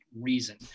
reason